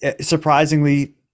Surprisingly